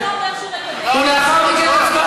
אם אתה לא אומר שהוא מקדם את, ולאחר מכן הצבעה.